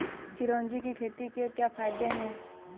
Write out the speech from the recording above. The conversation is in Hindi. चिरौंजी की खेती के क्या फायदे हैं?